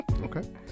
Okay